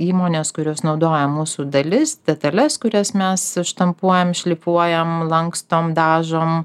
įmonės kurios naudoja mūsų dalis detales kurias mes štampuojam šlifuojam lankstom dažom